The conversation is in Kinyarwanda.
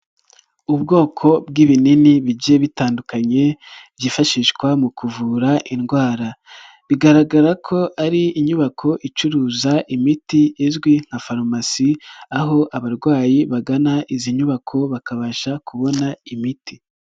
Ubwoko bw'ibinini bigiye bitandukanye byifashishwa mu kuvura indwara, bigaragara ko ari inyubako icuruza imiti izwi nka farumasi, aho abarwayi bagana izi nyubako bakabasha kubona imiti.